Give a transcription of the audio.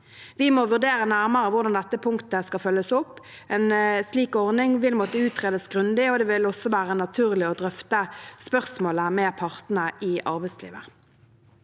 Vi må vurdere nærmere hvordan dette punktet skal følges opp. En slik ordning vil måtte utredes grundig, og det vil også være naturlig å drøfte spørsmålet med partene i arbeidslivet.